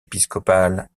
épiscopal